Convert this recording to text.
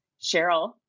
Cheryl